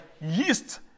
yeast